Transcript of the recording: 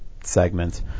segment